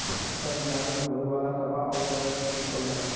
सब बिभाग मे होए वाला खर्वा अउर तरक्की दिखावल जाला